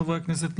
חברי הכנסת,